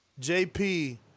JP